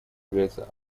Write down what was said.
является